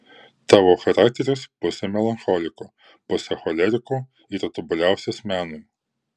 tavo charakteris pusė melancholiko pusė choleriko yra tobuliausias menui